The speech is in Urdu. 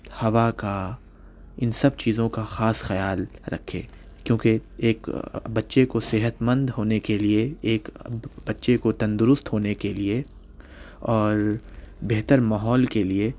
ہوا کا اِن سب چیزوں کا خاص خیال رکھے کیونکہ ایک بچے کو صحت مند ہونے کے لیے ایک بچے کو تندرست ہونے کے لیے اور بہتر ماحول کے لیے